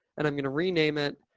and i'm going to rename it.